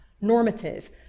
Normative